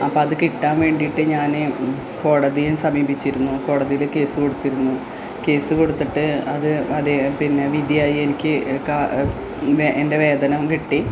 അപ്പോള് അത് കിട്ടാൻ വേണ്ടിയിട്ട് ഞാന് കോടതിയെ സമീപിച്ചിരുന്നു കോടതിയില് കേസ് കൊടുത്തിരുന്നു കേസ് കൊടുത്തിട്ട് അത് അതെ പിന്നെ വിധിയായി എനിക്ക് എൻ്റെ വേതനം കിട്ടി